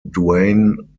duane